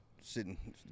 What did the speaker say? sitting